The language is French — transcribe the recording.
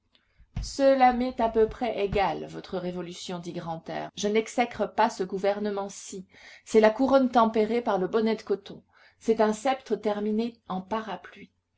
cela m'est à peu près égal votre révolution dit grantaire je n'exècre pas ce gouvernement ci c'est la couronne tempérée par le bonnet de coton c'est un sceptre terminé en parapluie